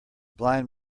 blind